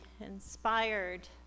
inspired